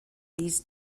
these